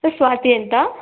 sir Swati ಅಂತ